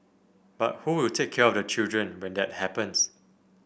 but who will take care of the children when that happens